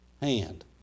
hand